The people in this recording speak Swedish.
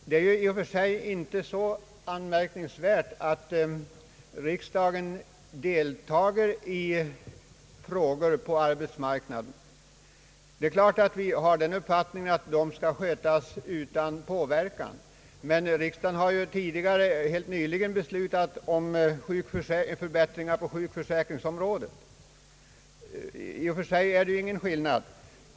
Det är i och för sig inte så anmärkningsvärt att riksdagen tar upp frågor på arbetsmarknaden. Vi har självklart den uppfattningen att dessa frågor skall skötas av arbetsmarknadsparterna utan påverkan, men riksdagen har helt nyligen t.ex. beslutat om förbättringar på sjukförsäkringsområdet. I och för sig är det ingen skillnad.